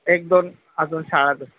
एक दोन अजून शाळा दे